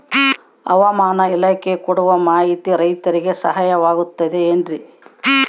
ಹವಮಾನ ಇಲಾಖೆ ಕೊಡುವ ಮಾಹಿತಿ ರೈತರಿಗೆ ಸಹಾಯವಾಗುತ್ತದೆ ಏನ್ರಿ?